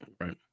Right